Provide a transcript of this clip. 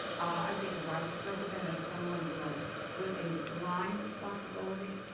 i think a vice president is someone with ah with a line responsibility,